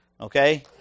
Okay